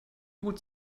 hut